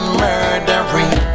murdering